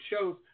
shows